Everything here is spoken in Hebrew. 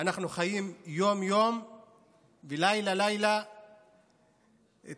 אנחנו חיים יום-יום ולילה-לילה את